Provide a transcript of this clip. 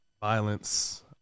violence